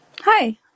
Hi